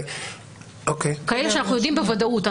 כאלה שאנחנו יודעים בוודאות.